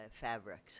Fabrics